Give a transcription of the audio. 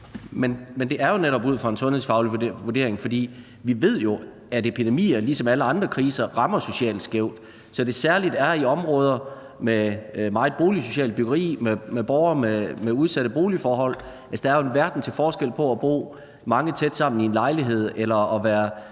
Men det er jo netop ud fra en sundhedsfaglig vurdering. For vi ved jo, at epidemier ligesom alle andre kriser rammer socialt skævt, så det særlig er i områder med meget boligsocialt byggeri og borgere med udsatte boligforhold. Altså, der er jo en verden til forskel på at bo mange tæt sammen i en lejlighed og at være